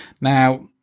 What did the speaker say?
Now